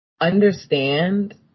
understand